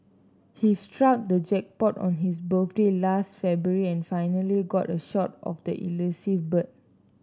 he struck the jackpot on his birthday last February and finally got a shot of the elusive bird